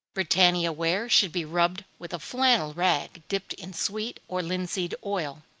britannia-ware should be rubbed with a flannel rag dipped in sweet or linseed oil,